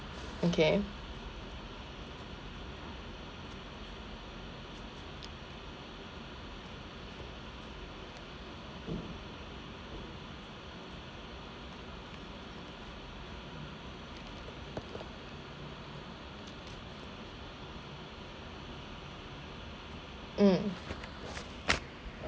okay mm